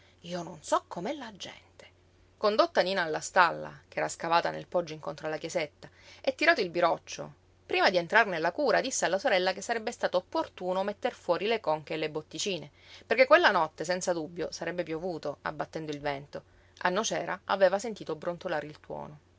io non so com'è la gente condotta nina alla stalla ch'era scavata nel poggio incontro alla chiesetta e tirato il biroccio prima di entrar nella cura disse alla sorella che sarebbe stato opportuno metter fuori le conche e le botticine perché quella notte senza dubbio sarebbe piovuto abbattendo il vento a nocera aveva sentito brontolar il tuono